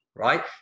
Right